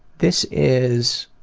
this is